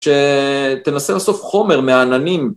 שתנסה לאסוף חומר מהעננים.